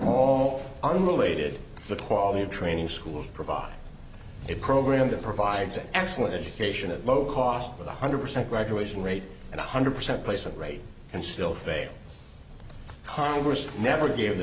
all unrelated to the quality of training schools provide a program that provides excellent education at low cost one hundred percent graduation rate and one hundred percent placement rate and still fail congress never gave the